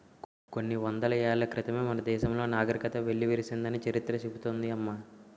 కొన్ని వందల ఏళ్ల క్రితమే మన దేశంలో నాగరికత వెల్లివిరిసిందని చరిత్ర చెబుతోంది అమ్మ